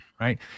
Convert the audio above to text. Right